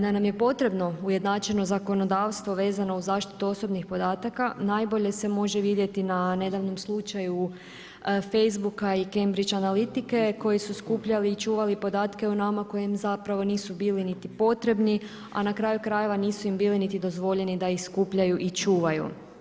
Da nam je potrebno ujednačeno zakonodavstvo vezano uz zaštitu osobnih podataka, najbolje se može vidjeti na nedavnom slučaju Facebook-a i Cambridge analitike koji su skupljali i čuvali podatke o nama koji zapravo nisu bili niti potrebni, a na kraju krajeva nisu im bili niti dozvoljeni da ih skupljaju i čuvaju.